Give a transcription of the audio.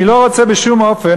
אני לא רוצה בשום אופן,